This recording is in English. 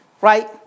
Right